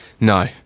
No